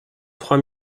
trois